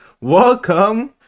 Welcome